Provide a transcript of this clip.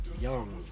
young